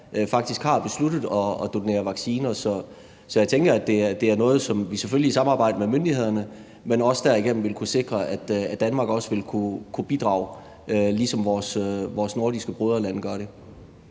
har besluttet at donere vacciner. Så jeg tænker, at vi derigennem selvfølgelig i samarbejde med myndighederne vil kunne sikre, at Danmark også vil kunne bidrage, ligesom vores nordiske broderlande gør det.